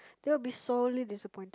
that'd be solely disappointed